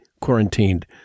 quarantined